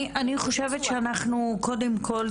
אני חושבת שאנחנו קודם כל,